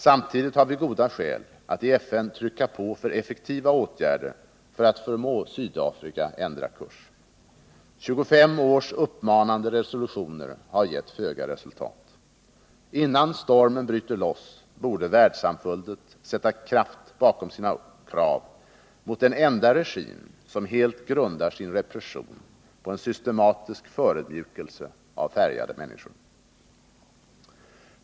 Samtidigt har vi goda skäl att i FN trycka på för effektiva åtgärder för att förmå Sydafrika att ändra kurs. 25 års uppmanande resolutioner har gett föga resultat. Innan stormen bryter loss borde världssamfundet sätta kraft bakom sina krav mot den enda regim som helt grundar sin repression på en systematisk förödmjukelse av färgade människor.